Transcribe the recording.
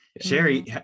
sherry